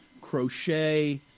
crochet